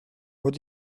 what